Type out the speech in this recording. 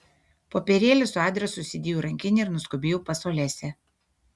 popierėlį su adresu įsidėjau į rankinę ir nuskubėjau pas olesią